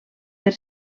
per